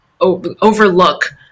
overlook